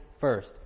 first